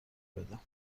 بدم